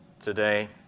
today